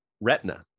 retina